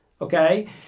okay